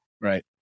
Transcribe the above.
Right